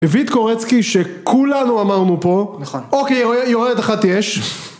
הביא את קורצקי שכולנו אמרנו פה נכון אוקיי יורד אחת יש